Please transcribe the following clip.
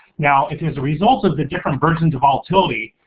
now, it is a result of the different versions of volatility.